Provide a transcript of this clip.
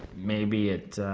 maybe it.